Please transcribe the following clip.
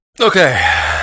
Okay